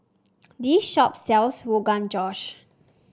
this shop sells Rogan Josh